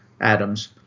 Adams